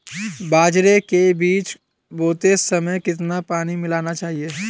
बाजरे के बीज बोते समय कितना पानी मिलाना चाहिए?